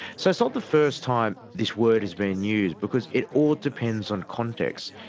so it's not the first time this word has been used because it all depends on context.